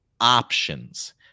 options